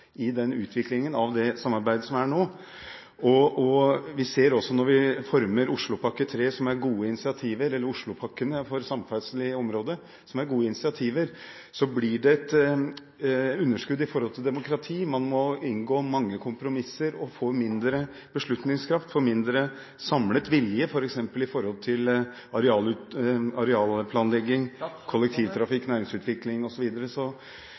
av det samarbeidet som er nå. Vi ser også når vi former Oslopakke 3 – oslopakkene er gode initiativer for samferdsel i området – at det blir et underskudd når det gjelder demokrati. Man må inngå mange kompromisser, og man får mindre beslutningskraft, mindre samlet vilje når det f.eks. gjelder arealplanlegging,